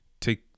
Take